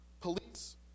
Police